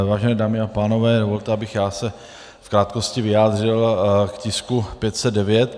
Vážené dámy a pánové, dovolte, abych i já se v krátkosti vyjádřil k tisku 509.